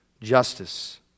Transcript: justice